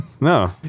no